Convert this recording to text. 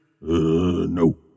No